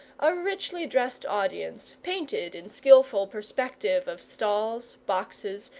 a richly-dressed audience, painted in skilful perspective of stalls, boxes,